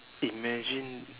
imagine